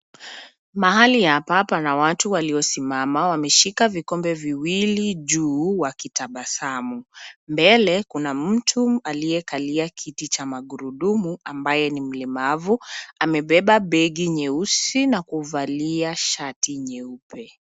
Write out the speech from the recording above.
Mahali hapa pana watu waliosimama. Wameshika vikombe viwili juu wakitabasamu. Mbele kuna mtu aliyekalia kiti cha magurudumu ambaye ni mlemavu. Amebeba begi nyeusi na kuvalia shati nyeupe.